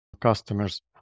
customers